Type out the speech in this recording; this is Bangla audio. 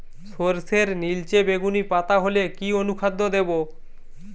সরর্ষের নিলচে বেগুনি পাতা হলে কি অনুখাদ্য দেবো?